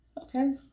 okay